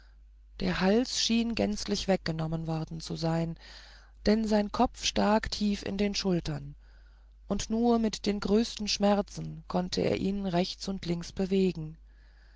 der hals schien gänzlich weggenommen worden zu sein denn sein kopf stak tief in den schultern und nur mit den größten schmerzen konnte er ihn rechts und links bewegen